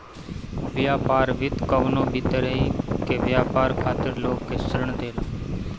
व्यापार वित्त कवनो भी तरही के व्यापार खातिर लोग के ऋण देला